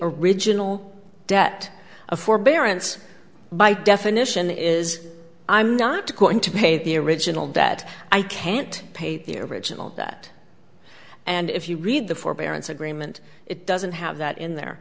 original debt of forbearance by definition is i'm not going to pay the original debt i can't pay the original that and if you read the forbearance agreement it doesn't have that in there